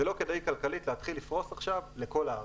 זה לא כדאי כלכלית להתחיל לפרוס עכשיו לכל הארץ.